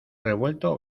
revuelto